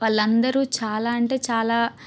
వాళ్ళందరూ చాలా అంటే చాలా